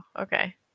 okay